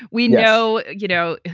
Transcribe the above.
we know you know,